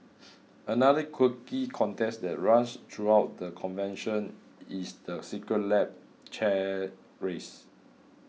another quirky contest that runs throughout the convention is the Secret Lab chair race